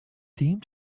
theme